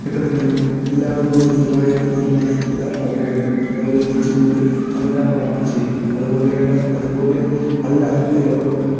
കെട്ടുന്നുണ്ടേനും എല്ലാവരും കൂടി സഹായിക്കുന്നൊരു മനസ്തത അവിടെയുണ്ട് അതവർ ഒന്നിച്ചു കൂടി അവരാ വർക്ക് ചെയ്യും അതുപോലെയുള്ള അതുപോലെ അല്ല നമ്മളെ